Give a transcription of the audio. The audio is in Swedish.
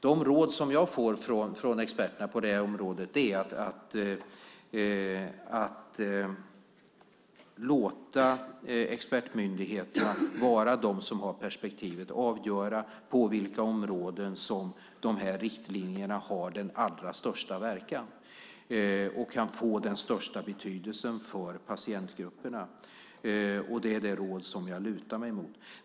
De råd som jag får från experterna på detta område är att låta expertmyndigheterna ha perspektivet och låta dem avgöra på vilka områden som dessa riktlinjer har den allra största verkan och kan få den största betydelsen för patientgrupperna. Det är det råd som jag lutar mig mot.